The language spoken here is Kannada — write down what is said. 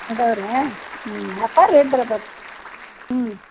ಇದಾವ್ರೇ ಹ್ಞೂ ಆಫರ್ ಇದ್ರೆ ಹ್ಞೂ